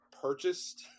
purchased